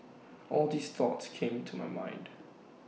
all these thoughts came to my mind